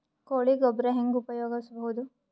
ಕೊಳಿ ಗೊಬ್ಬರ ಹೆಂಗ್ ಉಪಯೋಗಸಬಹುದು?